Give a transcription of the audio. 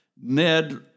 Ned